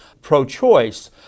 pro-choice